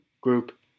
group